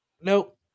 Nope